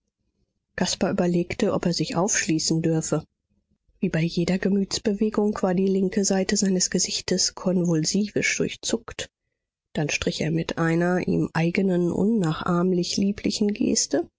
caspar überlegte ob er sich aufschließen dürfe wie bei jeder gemütsbewegung war die linke seite seines gesichtes konvulsivisch durchzuckt dann strich er mit einer ihm eignen unnachahmlich lieblichen geste